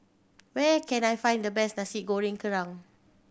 where can I find the best Nasi Goreng Kerang